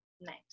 Nice